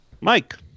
Mike